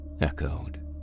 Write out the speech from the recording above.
echoed